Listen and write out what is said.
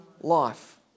life